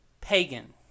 pagan